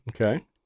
Okay